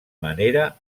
manera